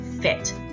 fit